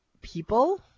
people